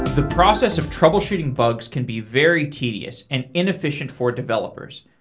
the process of troubleshooting bugs can be very tedious and inefficient for developers,